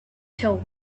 till